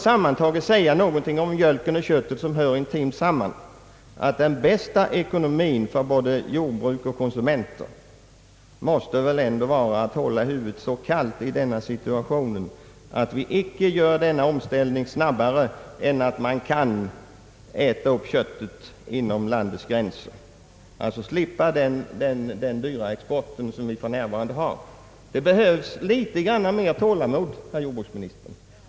Sammantaget skulle jag om mjölken och köttet vilja säga att det bästa för både jordbrukare och konsumenter ändå måste vara att vi håller huvudet så kallt i denna situation att vi inte gör omställningen snabbare än att köttet kan ätas upp inom landets gränser. Vi skulle på det sättet slippa den dyra export som vi för närvarande har. Det behövs, herr jordbruksminister, en smula mera tålamod.